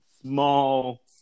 small